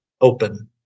open